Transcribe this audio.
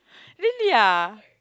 really ah